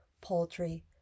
poultry